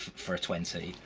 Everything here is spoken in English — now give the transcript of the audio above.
for a twenty,